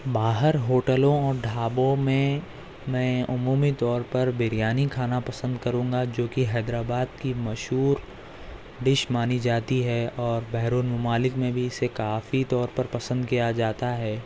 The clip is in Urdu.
باہر ہوٹلوں اور ڈھابوں میں میں عمومی طور پر بریانی کھانا پسند کروں گا جوکہ حیدرآباد کی مشہور ڈش مانی جاتی ہے اور بیرون ممالک میں بھی اسے کافی طور پر پسند کیا جاتا ہے